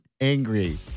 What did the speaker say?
angry